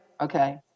Okay